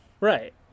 Right